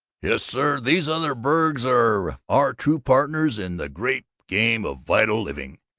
yes, sir, these other burgs are our true partners in the great game of vital living.